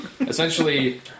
essentially